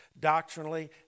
Doctrinally